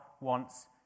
wants